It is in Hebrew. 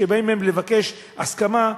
כשבאים לבקש מהן הסכמה,